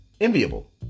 enviable